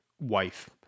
wife